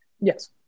Yes